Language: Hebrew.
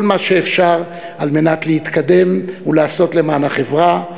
מה שאפשר על מנת להתקדם ולעשות למען החברה,